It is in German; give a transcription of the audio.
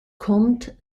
kommt